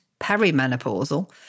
perimenopausal